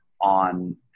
on